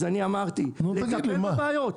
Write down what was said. אז אני אמרתי, לטפל בבעיות.